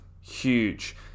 huge